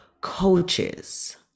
coaches